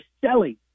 selling